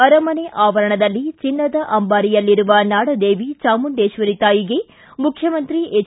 ಅರಮನೆ ಆವರಣದಲ್ಲಿ ಚಿನ್ನದ ಅಂಬಾರಿಯಲ್ಲಿರುವ ನಾಡದೇವಿ ಚಾಮುಂಡೇಶ್ವರಿ ತಾಯಿಗೆ ಮುಖ್ಯಮಂತ್ರಿ ಎಚ್